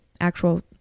actual